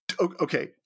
Okay